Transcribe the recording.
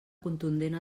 contundent